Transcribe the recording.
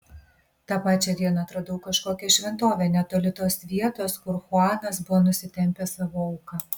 tą pačią dieną atradau kažkokią šventovę netoli tos vietos kur chuanas buvo nusitempęs savo auką